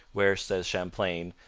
where, says champlain,